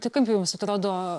tai kaip jums atrodo